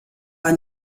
war